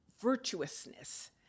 virtuousness